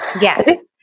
Yes